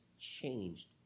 changed